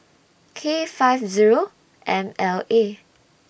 K five Zero M L A